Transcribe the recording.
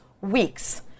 weeks